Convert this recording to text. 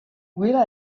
will